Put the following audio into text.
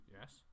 Yes